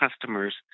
customers